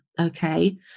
Okay